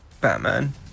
Batman